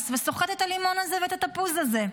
וסוחט את הלימון הזה ואת התפוז הזה,